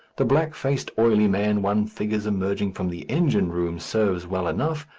the black-faced, oily man one figures emerging from the engine-room serves well enough,